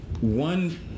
one